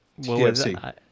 TFC